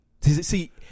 See